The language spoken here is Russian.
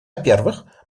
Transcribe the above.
первых